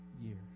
years